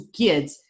kids